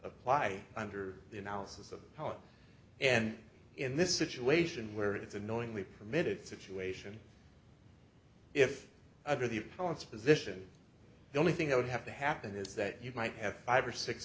apply under the analysis of power and in this situation where it's a knowingly permitted situation if under the opponent's position the only thing i would have to happen is that you might have five or six